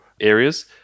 areas